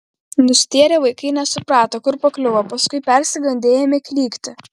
nustėrę vaikai nesuprato kur pakliuvo paskui persigandę ėmė klykti